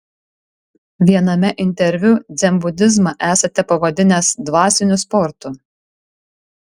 viename interviu dzenbudizmą esate pavadinęs dvasiniu sportu